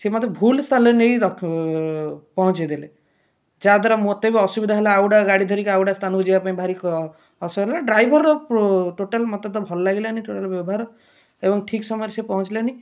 ସିଏ ମତେ ଭୁଲ ସ୍ଥାନରେ ନେଇକି ପହଞ୍ଚାଇ ଦେଲେ ଯାହା ଦ୍ୱାରା ମତେ ବି ଅସୁବିଧା ହେଲା ଆଉ ଗୋଟେ ଗାଡ଼ି ଧରିକି ଆଉ ଗୋଟେ ସ୍ଥାନକୁ ଯିବା ପାଇଁ ଭାରି ଡ୍ରାଇଭର୍ର ଟୋଟାଲ୍ ମତେ ତ ଭଲ ଲାଗିଲାନି ଟୋଟାଲ୍ ବ୍ୟବହାର ଏବଂ ଠିକ୍ ସମୟରେ ସିଏ ପହଞ୍ଚିଲାନି